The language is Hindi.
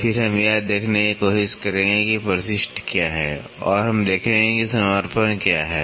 फिर हम यह देखने की कोशिश करेंगे कि परिशिष्ट क्या है और हम देखेंगे कि समर्पण क्या है